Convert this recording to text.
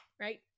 right